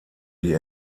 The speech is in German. die